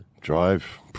drive